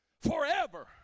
Forever